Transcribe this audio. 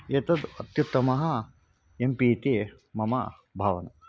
एतद् अत्युत्तमः M P इति मम भावना